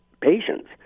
patients